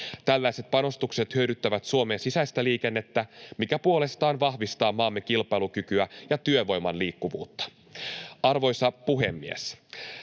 Tällaiset panostukset hyödyttävät Suomen sisäistä liikennettä, mikä puolestaan vahvistaa maamme kilpailukykyä ja työvoiman liikkuvuutta. Arvoisa puhemies!